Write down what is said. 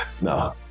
No